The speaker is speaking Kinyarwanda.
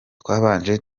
twabanje